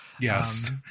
Yes